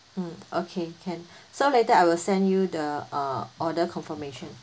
mm okay can so later I will send you the uh order confirmation